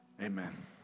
amen